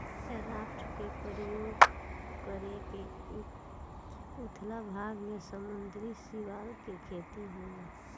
raft के प्रयोग क के उथला भाग में समुंद्री सिवार के खेती होला